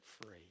free